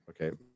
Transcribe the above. Okay